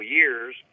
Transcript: years